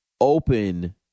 open